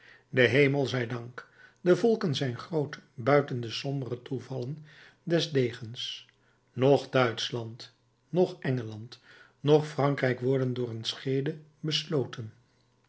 den hemel zij dank de volken zijn groot buiten de sombere toevallen des degens noch duitschland noch engeland noch frankrijk worden door een scheede besloten